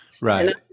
Right